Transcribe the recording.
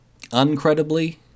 Uncredibly